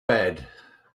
bed